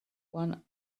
one